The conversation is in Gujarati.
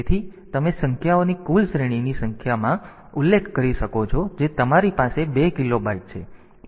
તેથી તમે સંખ્યાઓની કુલ શ્રેણીની શ્રેણીમાં સંખ્યાઓનો ઉલ્લેખ કરી શકો છો જે તમારી પાસે 2 કિલોબાઈટ છે